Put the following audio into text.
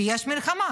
כי יש מלחמה.